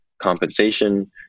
compensation